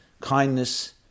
kindness